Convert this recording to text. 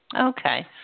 Okay